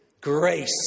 Grace